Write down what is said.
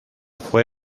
fue